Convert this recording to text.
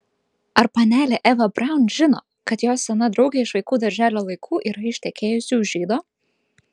ar panelė eva braun žino kad jos sena draugė iš vaikų darželio laikų yra ištekėjusi už žydo